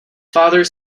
father